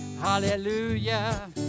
hallelujah